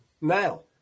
now